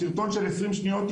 סרטון של 20 שניות,